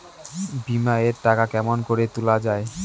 বিমা এর টাকা কেমন করি তুলা য়ায়?